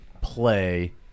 play